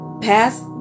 past